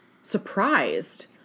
surprised